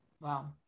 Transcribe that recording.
Wow